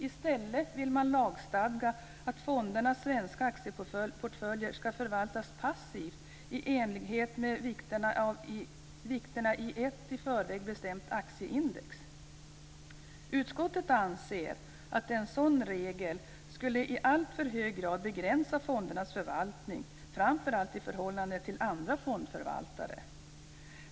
I stället vill man lagstadga att fondernas svenska aktieportföljer ska förvaltas passivt i enlighet med vikterna i ett i förväg bestämt aktieindex. Utskottet anser att en sådan regel i alltför hög grad skulle begränsa fondernas förvaltning, framför allt i förhållande till andra fondförvaltare.